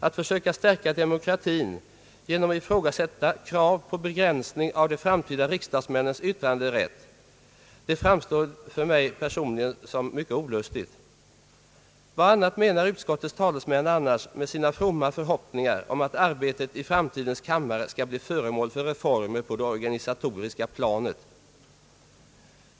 Att försöka stärka demokratin genom att ifrågasätta krav på begränsning av de framtida riksdagsmännens yttranderätt? Detta framstår för mig personligen som mycket olustigt. Vad annars menar utskottets talesmän med sina fromma förhoppningar om att arbetet i framtidens kammare skall bli föremål för reformer på det organisatoriska planet?